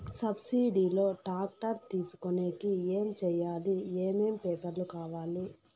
Subsidy లో tractor తీసుకొనేకి ఏమి చేయాలి? ఏమేమి పేపర్లు కావాలి?